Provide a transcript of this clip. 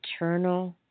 eternal